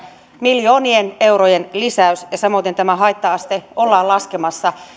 miljoonien eurojen lisäys samoiten tätä haitta astetta ollaan laskemassa